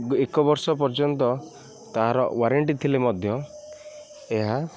ଏକ ବର୍ଷ ପର୍ଯ୍ୟନ୍ତ ତାହାର ୱାରେଣ୍ଟି ଥିଲେ ମଧ୍ୟ ଏହା